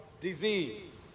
disease